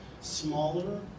smaller